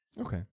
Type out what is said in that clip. Okay